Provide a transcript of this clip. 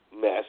mess